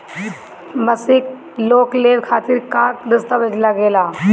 मसीक लोन लेवे खातिर का का दास्तावेज लग ता?